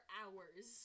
hours